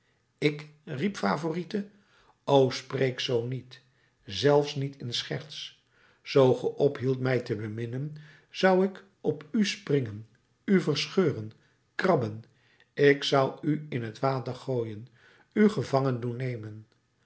ik riep favourite o spreek zoo niet zelfs niet in scherts zoo ge ophieldt mij te beminnen zou ik op u springen u verscheuren krabben ik zou u in t water gooien u gevangen doen nemen